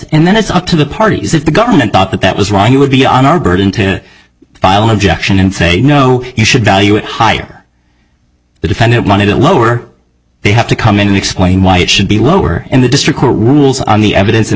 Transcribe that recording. and then it's up to the parties if the government thought that that was wrong it would be on our burden to file an objection and say no you should value it higher the defendant wanted to lower they have to come in and explain why it should be lower and the district rules on the evidence and